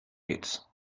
pits